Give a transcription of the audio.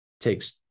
takes